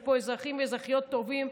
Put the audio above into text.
יש פה אזרחים ואזרחיות טובים,